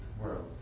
world